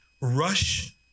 rush